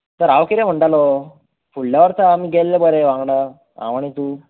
तर हांव कितें म्हणटालो फुडल्या वर्सा आमी गेल्ले बरे वांगडा हांव आनी तूं